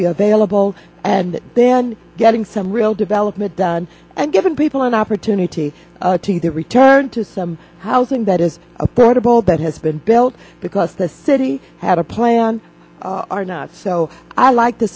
be available and then getting some real development done and giving people an opportunity to return to some housing that is approachable that has been built because the city had a plan are not so i like to